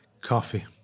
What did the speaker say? Coffee